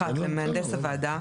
(1)למהנדס הוועדה,